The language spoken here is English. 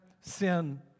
Sin